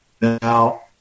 Now